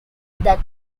that